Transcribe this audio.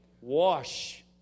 Wash